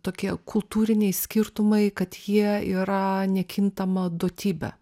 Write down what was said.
tokie kultūriniai skirtumai kad jie yra nekintama duotybė